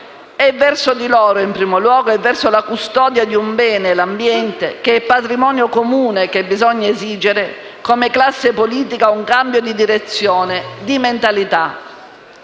È verso di loro, in primo luogo, e verso la custodia di un bene, l'ambiente, che è patrimonio comune, che bisogna esigere, come classe politica, un cambio di direzione, di mentalità.